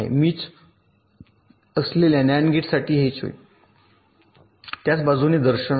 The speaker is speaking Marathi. मीच असलेल्या नंद गेटसाठीही हेच होईल त्यास बाजूने दर्शवित आहे